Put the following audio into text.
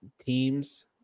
teams